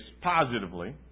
positively